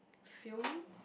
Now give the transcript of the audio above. fume